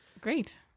great